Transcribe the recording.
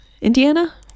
Indiana